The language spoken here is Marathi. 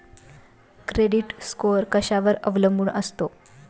क्रेडिट स्कोअर कशावर अवलंबून असतो?